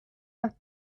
that